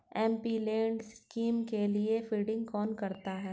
MPLAD scheme के लिए funding कौन करता है?